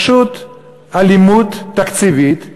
פשוט אלימות תקציבית.